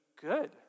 good